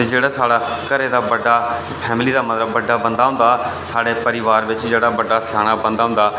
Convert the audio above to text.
जेह्ड़ा साढ़ा घरै दा बड्डा फैमिली दा मतलब बड्डा बंदा होंदा साढ़े परोआर बिच जेह्ड़ा बड्डा सेआना बंदा होंदा